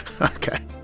okay